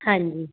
ਹਾਂਜੀ